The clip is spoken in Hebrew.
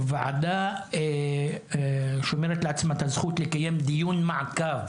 הוועדה שומרת לעצמה את הזכות לקיים דיון מעקב